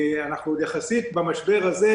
אנחנו יחסית במצב טוב במשבר הזה,